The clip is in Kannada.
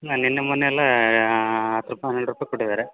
ನಾನು ನಿನ್ನೆ ಮೊನ್ನೆಯೆಲ್ಲ ಹತ್ತು ರೂಪಾಯಿ ಹನ್ನೆರಡು ರೂಪಾಯಿ ಕೊಟ್ಟಿದ್ದಾರೆ